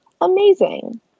Amazing